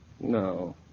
No